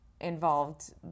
involved